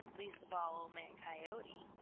least of all old man coyote.